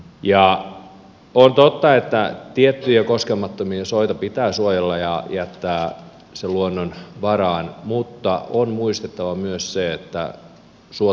ja on totta että tiettyjä koskemattomia soita pitää suojella ja jättää ne luonnonvaraan mutta on muistettava myös se että suot uusiutuvat